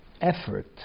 effort